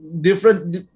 different